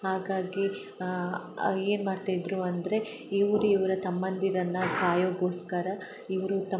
ಹಾಗಾಗಿ ಏನು ಮಾಡ್ತಿದ್ದರು ಅಂದರೆ ಇವ್ರ ಇವ್ರ ತಮ್ಮಂದಿರನ್ನು ಕಾಯಕ್ಕೋಸ್ಕರ ಇವರು ತಮ್ಮ